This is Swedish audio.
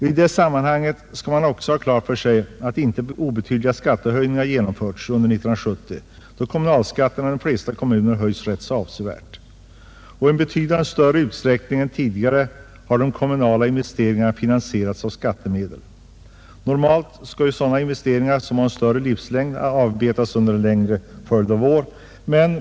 I det sammanhanget skall man också ha klart för sig att inte obetydliga skattehöjningar genomförts under 1970, då kommunalskatten i de flesta kommuner höjts avsevärt. I betydligt större utsträckning än tidigare har de kommunala investeringarna finansierats av skattemedel. Normalt skall sådana investeringar som har en större livslängd avbetas under en längre följd av år.